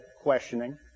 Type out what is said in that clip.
questioning